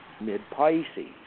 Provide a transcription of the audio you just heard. mid-pisces